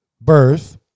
Birth